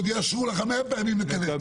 ועוד יאשרו לכם מאה פעמים לכנס את הוועדה.